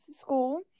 school